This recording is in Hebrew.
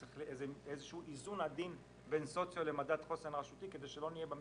צריך איזה שהוא איזון עדין בין סוציו למדד חוסן רשותי כדי שלא יבואו